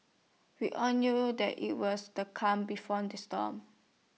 we all knew that IT was the calm before the storm